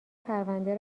پرونده